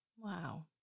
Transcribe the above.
Wow